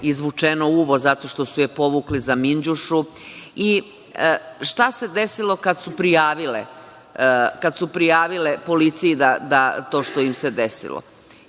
izvučeno uvo zato što su je povukli za minđušu. Šta se desilo kad su prijavile policiji to što im se desilo?